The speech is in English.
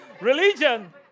Religion